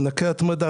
מענקי התמדה,